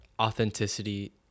authenticity